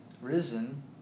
risen